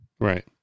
Right